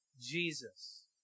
Jesus